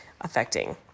affecting